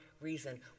reason